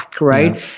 right